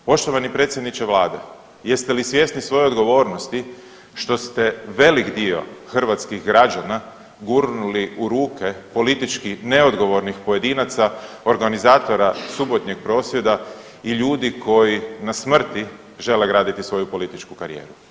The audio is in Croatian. Poštovani predsjedniče vlade, jeste li svjesni svoje odgovornosti što ste velik dio hrvatskih građana gurnuli u ruke politički neodgovornih pojedinaca, organizatora subotnjeg prosvjeda i ljudi koji na smrti žele graditi svoju političku karijeru?